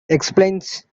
explains